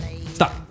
Stop